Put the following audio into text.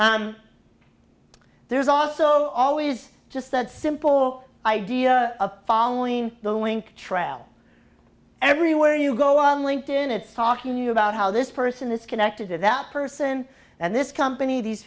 there's also always just that simple idea of following the link trail everywhere you go on linked in it's talking about how this person is connected to that person and this company these